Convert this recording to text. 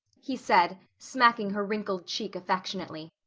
he said, smacking her wrinkled cheek affectionately.